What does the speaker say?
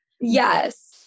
Yes